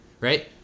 Right